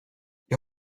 jag